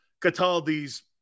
Cataldi's